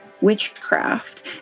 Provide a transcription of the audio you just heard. witchcraft